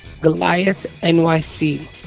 GoliathNYC